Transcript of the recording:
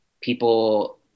People